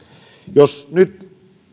jos nyt